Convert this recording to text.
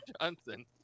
Johnson